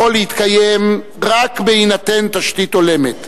יכול להתקיים רק בהינתן תשתית הולמת,